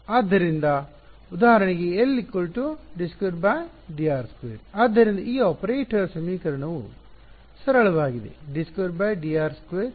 ಆದ್ದರಿಂದ ಉದಾಹರಣೆಗೆ L d2dr2 ಆದ್ದರಿಂದ ಈ ಆಪರೇಟರ್ ಸಮೀಕರಣವು ಸರಳವಾಗಿದೆ